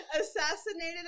Assassinated